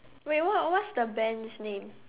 wait what what's the band's name